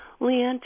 Leanne